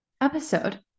episode